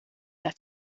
das